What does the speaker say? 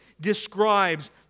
describes